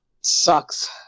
Sucks